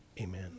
amen